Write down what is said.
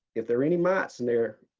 if there are any mites in there,